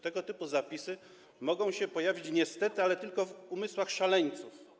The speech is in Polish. Tego typu zapisy mogą się pojawić niestety tylko w umysłach szaleńców.